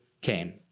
came